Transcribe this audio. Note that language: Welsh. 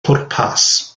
pwrpas